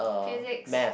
Physics